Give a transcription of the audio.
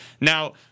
Now